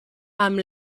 amb